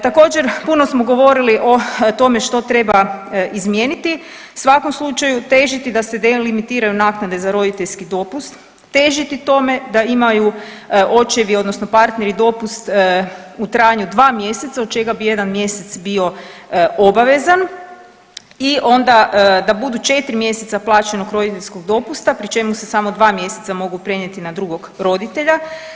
Također puno smo govorili o tome što treba izmijeniti, u svakom slučaju težiti da se delimitiraju naknade za roditeljski dopust, težiti tome da imaju očevi odnosno partneri dopust u trajanju od dva mjeseca od čega bi jedan mjesec bio obavezan i onda da budu 4 mjeseca plaćenog roditeljskog dopusta pri čemu se samo dva mjeseca mogu prenijeti na drugog roditelja.